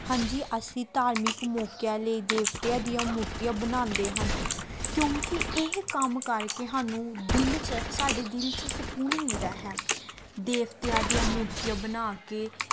ਹਾਂਜੀ ਅਸੀਂ ਧਾਰਮਿਕ ਮੌਕਿਆਂ ਲਈ ਦੇਵਤਿਆਂ ਦੀਆਂ ਮੂਰਤੀਆਂ ਬਣਾਉਂਦੇ ਹਨ ਕਿਉਂਕਿ ਇਹ ਕੰਮ ਕਰਕੇ ਸਾਨੂੰ ਦਿਲ 'ਚ ਸਾਡੇ ਦਿਲ 'ਚ ਸਕੂਨ ਮਿਲਦਾ ਹੈ ਦੇਵਤਿਆਂ ਦੀਆਂ ਮੂਰਤੀਆਂ ਬਣਾ ਕੇ